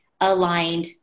aligned